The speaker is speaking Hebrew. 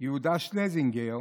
יהודה שלזינגר,